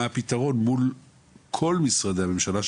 יש איזה שהוא פתרון מול כל משרדי הממשלה,